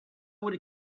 would